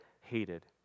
hated